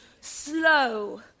slow